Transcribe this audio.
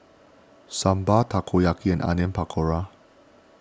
Sambar Takoyaki and Onion Pakora